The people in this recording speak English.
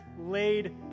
laid